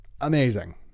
amazing